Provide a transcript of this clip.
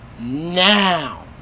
now